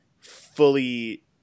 fully –